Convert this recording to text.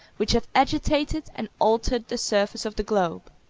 which have agitated and altered the surface of the globe.